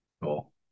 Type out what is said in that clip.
Cool